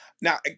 Now